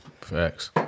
Facts